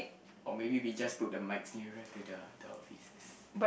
or maybe we just put the mics nearer to the to our faces